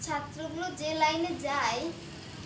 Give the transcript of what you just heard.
ছাত্রগুলো যে লাইনে যায়